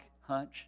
hunch